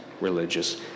religious